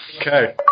Okay